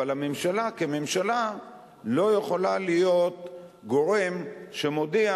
אבל הממשלה כממשלה לא יכולה להיות גורם שמודיע: